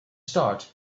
start